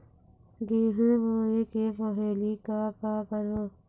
गेहूं बोए के पहेली का का करबो?